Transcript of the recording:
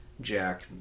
Jack